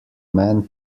man